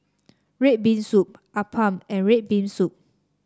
red bean soup appam and red bean soup